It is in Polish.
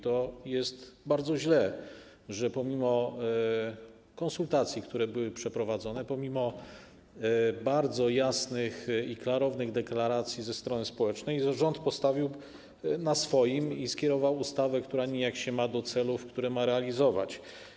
To bardzo źle, że pomimo konsultacji, które były przeprowadzone, pomimo bardzo jasnych i klarownych deklaracji strony społecznej rząd postawił na swoim i skierował do Sejmu projekt ustawy, która nijak się ma do celów, które ma realizować.